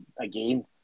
again